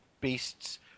beasts